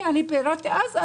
פירטתי אז,